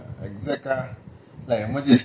தெளிவா பேசணும்:thelivaa pesanum